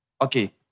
Okay